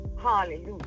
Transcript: hallelujah